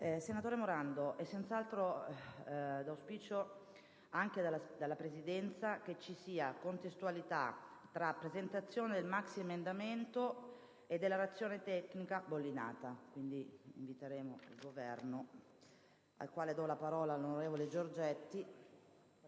Senatore Morando, è senz'altro l'auspicio anche della Presidenza che vi sia contestualità tra presentazione del maxiemendamento e della relazione tecnica bollinata. Invito il rappresentante del Governo, onorevole Giorgetti,